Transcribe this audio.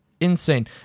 Insane